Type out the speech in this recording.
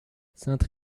sainte